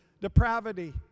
depravity